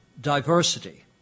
diversity